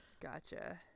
Gotcha